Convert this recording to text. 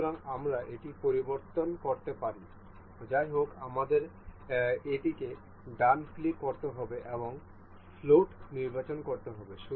সুতরাং আমরা এটি পরিবর্তন করতে পারি যাইহোক আমাদের এটিকে ডান ক্লিক করতে হবে এবং ফ্লোট নির্বাচন করতে হবে